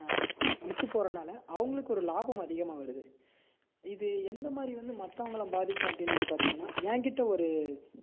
with விற்று போகிறனால அவங்களுக்கு ஒரு லாபம் அதிகமாக வருது இது எந்த மாதிரி வந்து மற்றவங்கள பாதிக்கும் அப்படினு வந்து பார்த்திங்கனா என் கிட்ட ஒரு